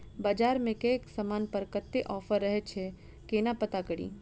बजार मे केँ समान पर कत्ते ऑफर रहय छै केना पत्ता कड़ी?